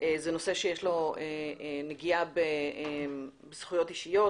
זהו נושא שיש לו נגיעה בזכויות אישיות,